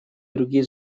другие